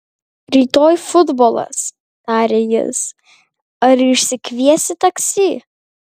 rytoj futbolas tarė jis ar išsikviesi taksi